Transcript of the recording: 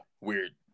weird